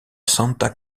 santa